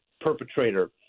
perpetrator